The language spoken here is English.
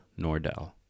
Nordell